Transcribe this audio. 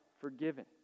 forgiven